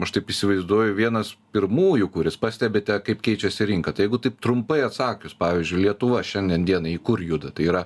aš taip įsivaizduoju vienas pirmųjų kuris pastebite kaip keičiasi rinka tai jeigu taip trumpai atsakius pavyzdžiui lietuva šiandien dienai į kur juda tai yra